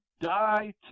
die